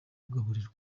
kugaburirwa